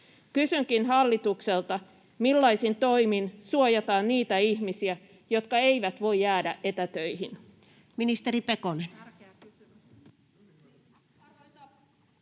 Kysynkin hallitukselta: millaisin toimin suojataan niitä ihmisiä, jotka eivät voi jäädä etätöihin?